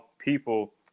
people